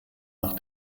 nach